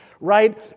right